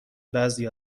بعضی